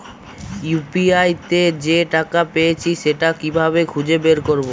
UPI তে যে টাকা পেয়েছি সেটা কিভাবে খুঁজে বের করবো?